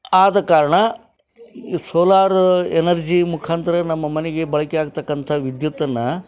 ಆದ ಕಾರಣ ಈ ಸೋಲಾರು ಎನರ್ಜಿ ಮುಖಾಂತರ ನಮ್ಮ ಮನೆಗೆ ಬಳಕೆ ಆಗತಕ್ಕಂಥ ವಿದ್ಯುತ್ತನ್ನು